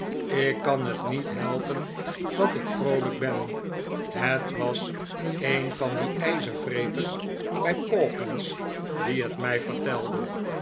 ik kan het niet helpen dat ik vroolijk ben het was een van die ijzervreters bij pawkins die het mij vertelde